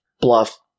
Bluff